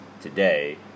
today